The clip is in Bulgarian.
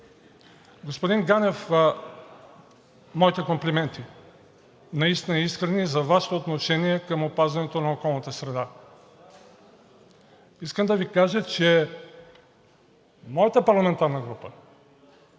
Господин Ганев, наистина моите искрени комплименти за Вашето отношение към опазването на околната среда. Искам да Ви кажа, че моята парламентарна група